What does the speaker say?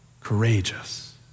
courageous